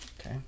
Okay